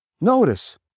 Notice